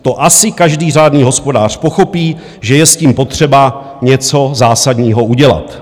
To asi každý řádný hospodář pochopí, že je s tím potřeba něco zásadního udělat.